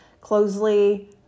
closely